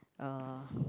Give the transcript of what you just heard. uh